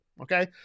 Okay